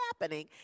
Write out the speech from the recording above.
happening